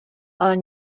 ale